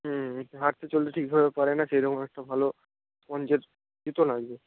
হুম হাঁটতে চলতে ঠিকভাবে পারেনা সেরকম একটা ভালো স্পঞ্জের জুতো লাগবে